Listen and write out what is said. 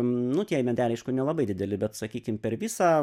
nu tie medeliai aišku nelabai dideli bet sakykim per visą